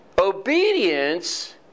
obedience